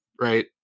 right